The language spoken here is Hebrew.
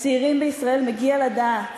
לצעירים בישראל מגיע לדעת